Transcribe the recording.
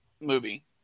movie